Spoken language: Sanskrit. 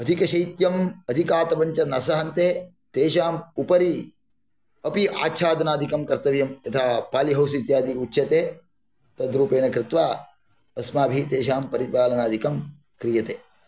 अधिकशैत्यम् अधिकातपञ्च न सहन्ते तेषाम् उपरि अपि आच्छादनादिकं कर्तव्यं यथा पालि हौस् इत्यादि उच्यते तद्रूपेण कृत्वा अस्माभिः तेषां परिपालनादिकं क्रियते